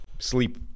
Sleep